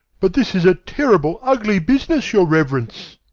but this is a terrible ugly business, your reverence.